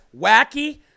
wacky